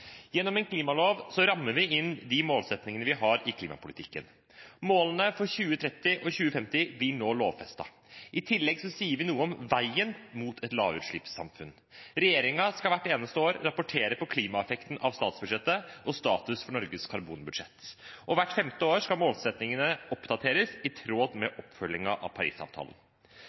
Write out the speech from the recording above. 2030 og 2050 blir nå lovfestet. I tillegg sier vi noe om veien mot et lavutslippssamfunn. Regjeringen skal hvert eneste år rapportere på klimaeffekten av statsbudsjettet og statusen for Norges karbonbudsjett. Hvert femte år skal målsettingene oppdateres i tråd med oppfølgingen av